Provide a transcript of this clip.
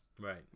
right